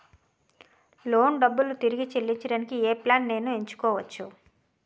Loan డబ్బులు తిరిగి చెల్లించటానికి ఏ ప్లాన్ నేను ఎంచుకోవచ్చు?